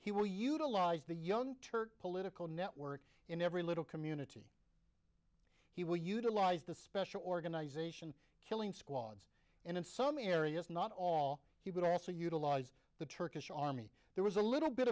he will utilize the young turk political network in every little community he will utilize the special organization killing squads and in some areas not all he would ask to utilize the turkish army there was a little bit